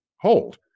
hold